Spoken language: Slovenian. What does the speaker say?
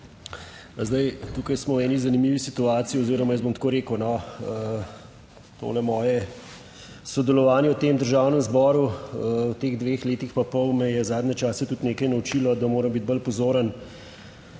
Zdaj, tukaj smo v eni zanimivi situaciji oziroma jaz bom tako rekel no, tole moje sodelovanje v tem Državnem zboru v teh dveh letih in pol me je zadnje čase tudi nekaj naučilo, da moram biti bolj pozoren,